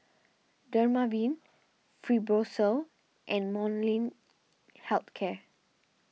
Dermaveen Fibrosol and Molnylcke Health Care